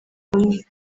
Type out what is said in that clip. umwe